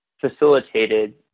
facilitated